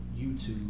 YouTube